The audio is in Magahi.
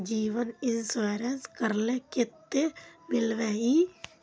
जीवन इंश्योरेंस करले कतेक मिलबे ई?